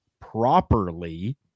properly